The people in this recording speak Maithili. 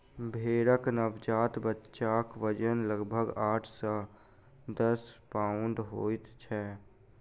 भेंड़क नवजात बच्चाक वजन लगभग आठ सॅ दस पाउण्ड होइत छै